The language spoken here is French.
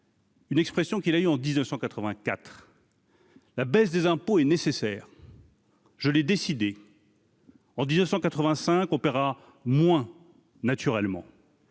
Une expression qui l'a eu en 1984. La baisse des impôts est nécessaire. Je l'ai décidé. En 1985 moins naturellement.